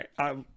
right